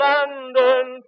London